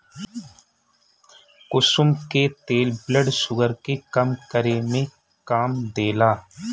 कुसुम के तेल blood sugar के कम करे में काम देला